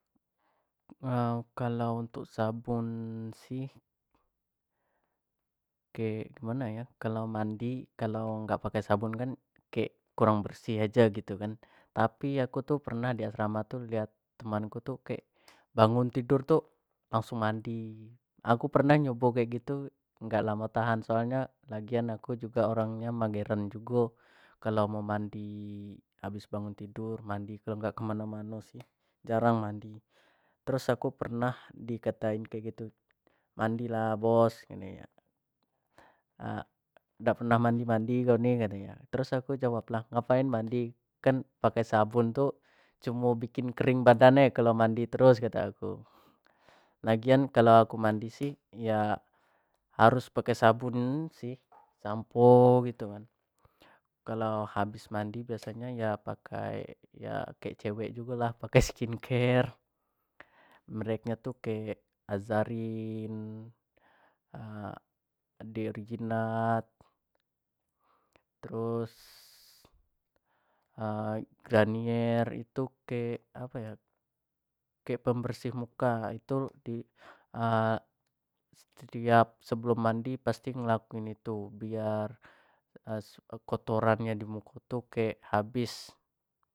kalau untuk sabun sih kek-kek giamano yo kalau mandi kalau dak pake sabun kan kek kurang bersih aja gitu kan, tapi aku tu pernah kek di asrama tu kek bangun tidur tu langsung mandi, aku oernah tu nyubo kayak gitu tu gak lamo tahan soal nyo aku jugo orang nyo mageran jugo kalau mau mandi habis bangun tidur, kalau dak kemano-mano sih jarang mandi, terus aku pernah di katain kek gitu, mandi lah boss dak pernah mandi-mandi kau ni, terus aku jawab lah ngapain mandi kan pake sabun tu cumo bikin kering badan bae kalau mandi terus kato aku nah gitu, lagian kalau aku mandi sih iya harus pake sabun sih, shampoo gitu kan kalau habis mandi biaso nyo yo pakai yo kayak cewek jugo lah pakai skin care, merk tu kayak azzarine the originate, terus garnier itu ke apo yo kek pemebersih muka itu di setiap sebelum mandi pasti lakuin itu biar kotoran nyo di muko tu kayak habis.